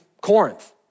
Corinth